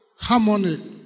harmony